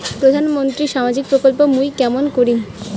প্রধান মন্ত্রীর সামাজিক প্রকল্প মুই কেমন করিম?